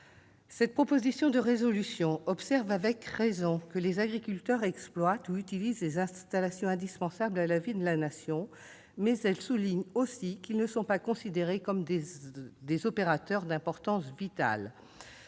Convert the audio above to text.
de la proposition de résolution observent avec raison que les agriculteurs exploitent ou utilisent des installations indispensables à la vie de la Nation, mais soulignent qu'ils ne sont pas considérés comme des opérateurs d'importance vitale.